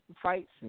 fights